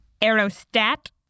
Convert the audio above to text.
Aerostat